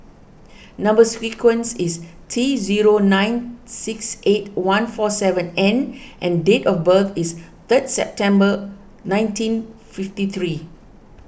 Number Sequence is T zero nine six eight one four seven N and date of birth is third September nineteen fifty three